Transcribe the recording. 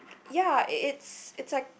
ya it it's it's like